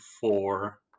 four